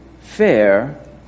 fair